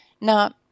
Now